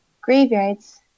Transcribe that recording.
Graveyards